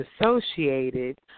associated